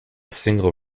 single